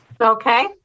Okay